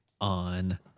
on